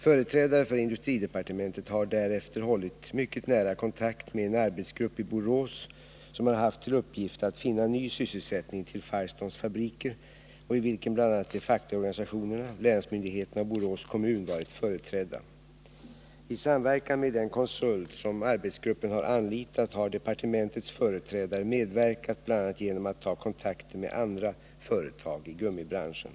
Företrädare för industridepartementet har därefter hållit mycket nära kontakt med en arbetsgrupp i Borås som har haft till uppgift att finna ny sysselsättning till Firestones fabriker och i vilken bl.a. de fackliga organisationerna, länsmyndigheterna och Borås kommun varit företrädda. I samverkan med den konsult som arbetsgruppen har anlitat har departemen Nr 98 tets företrädare medverkat bl.a. genom att ta kontakter med andra företagi Måndagen den gummibranschen.